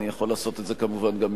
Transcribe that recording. אני יכול לעשות את זה כמובן גם מפה.